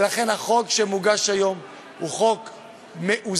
ולכן החוק שמוגש היום הוא חוק מאוזן,